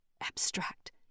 Abstract